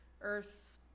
earth